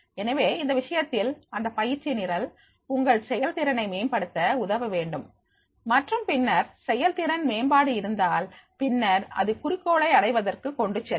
எனவே இந்த விஷயத்தில் இந்த பயிற்சி நிரல் உங்கள் செயல்திறனை மேம்படுத்த உதவ வேண்டும் மற்றும் பின்னர் செயல் திறன் மேம்பாடு இருந்தால் பின்னர் அது குறிக்கோளை அடைவதற்கு கொண்டு செல்லும்